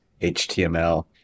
HTML